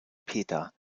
peter